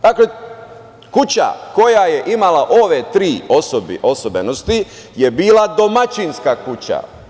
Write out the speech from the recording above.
Dakle, kuća koja je imala ove tri osobenosti je bila domaćinska kuća.